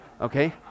Okay